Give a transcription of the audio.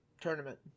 tournament